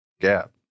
gap